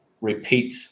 repeat